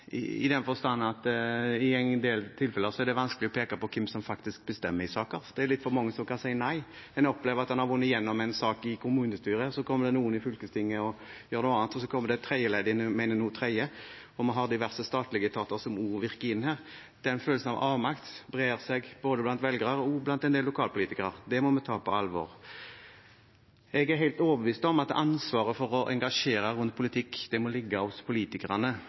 i den forstand at i en del tilfeller er det vanskelig å peke på hvem som faktisk bestemmer i saken. Det er litt for mange som kan si nei. En opplever at en har fått igjennom en sak i kommunestyret, så kommer det noen i fylkestinget og mener noe annet, og så kommer det et tredje ledd og mener en tredje ting, og vi har diverse statlige etater som også virker inn her. Den følelsen av avmakt brer seg både blant velgere og blant en del lokalpolitikere. Det må vi ta på alvor. Jeg er helt overbevist om at ansvaret for engasjementet rundt politikken må ligge hos politikerne,